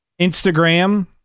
Instagram